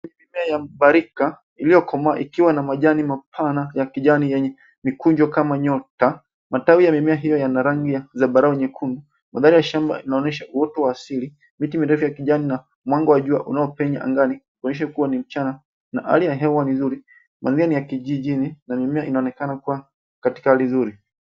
Mimea ya mbarika iliyokomaa ikiwa na majani mapana ya kijani yenye mikunjo kama nyota. Matawi ya mimea hiyo yana rangi ya zambarau nyekundu. Mandhari ya shamba inaonyesha uoto asili, miti mirefu ya kijani na mwanga wa jua unayopenya angani kuonyesha kuwa ni mchana na hali ya hewa ni nzuri. Mazingira ni ya kijijini na mimea inaonekana kuwa katika hali nzuri.